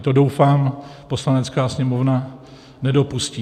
To, doufám, Poslanecká sněmovna nedopustí.